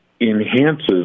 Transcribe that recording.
enhances